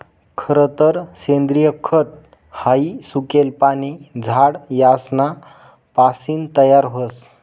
खरतर सेंद्रिय खत हाई सुकेल पाने, झाड यासना पासीन तयार व्हस